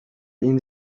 این